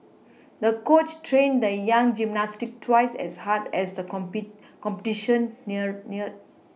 the coach trained the young gymnast twice as hard as a compet competition neared near